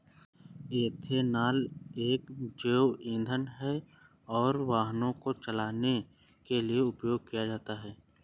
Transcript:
ethanol एक जैव ईंधन है और वाहनों को चलाने के लिए उपयोग किया जाता है